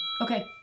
Okay